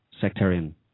sectarian